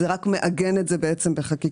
זה רק מעגן את זה בעצם בחקיקה.